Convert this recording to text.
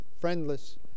friendless